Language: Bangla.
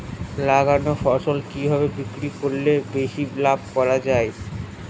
লাগানো ফসল কিভাবে বিক্রি করলে বেশি লাভ করা যায়?